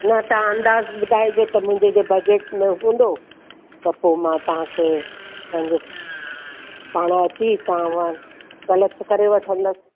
न तव्हां अंदाज़ ॿुधाइजो त मुंहिंजे बजट में हूंदो त पोइ मां तव्हांखे पंहिंजो पाण अची तव्हां खां कलेक्ट करे वठंदसि